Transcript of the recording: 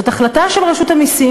זאת החלטה של רשות המסים.